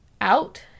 out